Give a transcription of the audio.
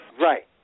Right